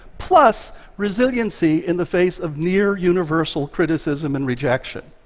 plus resiliency in the face of near-universal criticism and rejection.